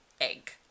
egg